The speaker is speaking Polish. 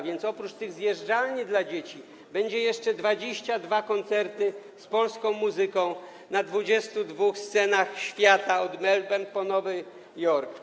Więc oprócz tych zjeżdżalni dla dzieci będą jeszcze 22 koncerty z polską muzyką na 22 scenach świata, od Melbourne po Nowy Jork.